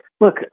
look